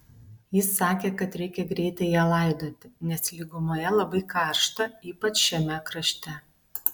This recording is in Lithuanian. jis sakė kad reikia greitai ją laidoti nes lygumoje labai karšta ypač šiame krašte